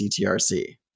CTRC